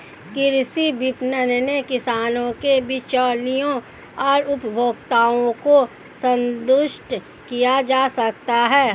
कृषि विपणन में किसानों, बिचौलियों और उपभोक्ताओं को संतुष्ट किया जा सकता है